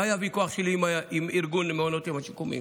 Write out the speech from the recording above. מה היה הוויכוח שלי עם ארגון מעונות היום השיקומיים?